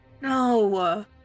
No